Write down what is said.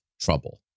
trouble